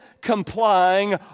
complying